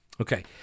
Okay